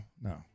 no